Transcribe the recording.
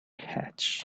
hatch